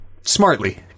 smartly